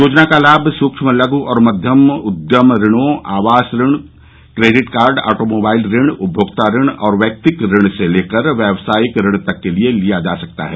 योजना का लाभ सूक्ष्म लघु और मध्यम उद्यम ऋणों आवास ऋण क्रेडिट कार्ड ऑटोमोबाइल ऋण उपभोक्ता ऋण और वैयक्तिक ऋण से लेकर व्यावसायिक ऋण तक के लिए लिया जा सकता है